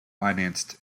financed